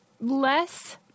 Less